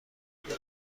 خودشو